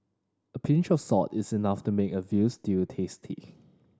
a pinch of salt is enough to make a veal stew tasty